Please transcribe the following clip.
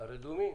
הרדומים.